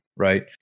right